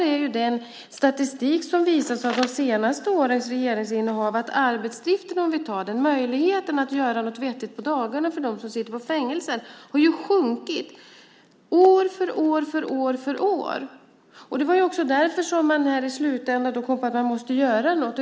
Tyvärr visar statistiken från de senaste årens regeringsinnehav att arbetsdriften och möjligheten att göra något vettigt på dagarna för dem som sitter i fängelse har sjunkit år från år. Det var också därför man här i slutändan kom på att man måste göra något.